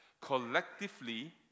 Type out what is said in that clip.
Collectively